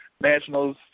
Nationals